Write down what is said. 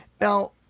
Now